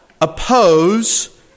oppose